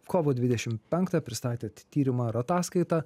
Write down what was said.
kovo dvidešimt penktą pristatėt tyrimą ar ataskaitą